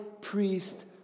priest